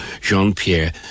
Jean-Pierre